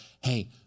hey